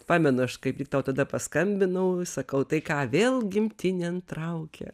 pamenu aš kaip tik tau tada paskambinau sakau tai ką vėl gimtinėn traukia